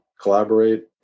collaborate